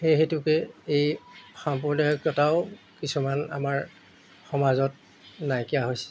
সেই হেতুকে এই সাম্প্ৰদায়িকতাও কিছুমান আমাৰ সমাজত নাইকিয়া হৈছে